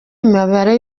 imibare